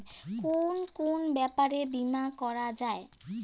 কুন কুন ব্যাপারে বীমা করা যায়?